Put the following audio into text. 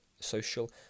social